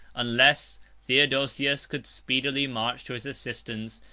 unless theodosius could speedily march to his assistance,